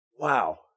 Wow